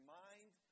mind